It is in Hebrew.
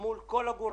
מול כל הגורמים.